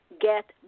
get